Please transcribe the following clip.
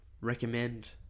recommend